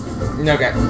okay